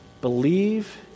Believe